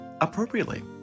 appropriately